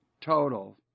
total